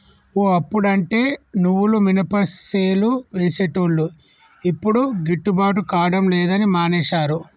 ఓ అప్పుడంటే నువ్వులు మినపసేలు వేసేటోళ్లు యిప్పుడు గిట్టుబాటు కాడం లేదని మానేశారు